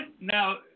Now